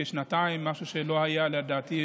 כשנתיים, משהו שלא היה כדוגמתו,